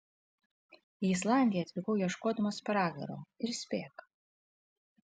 į islandiją atvykau ieškodamas pragaro ir spėk